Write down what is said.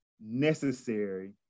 necessary